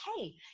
hey